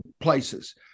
places